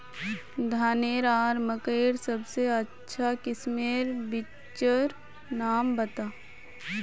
धानेर आर मकई सबसे अच्छा किस्मेर बिच्चिर नाम बता?